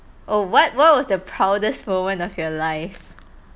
oh what what was the proudest moment of your life